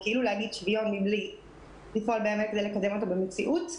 זה כאילו להגיד "שוויון" מבלי לפעול באמת כדי לקדם אותו במציאות.